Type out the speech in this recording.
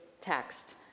text